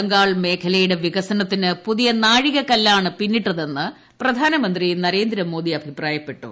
ബംഗാൾ മേഖ്ലിയുടെ വികസനത്തിന് പുതിയ നാഴികക്കല്ലാണ് പിന്നിട്ടതെന്ന് പ്രധാനമന്ത്രി നരേന്ദ്രമോദി അഭിപ്രായപ്പെട്ടു